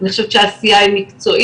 אני חושבת שהעשייה היא מקצועית,